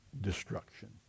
destruction